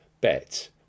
bet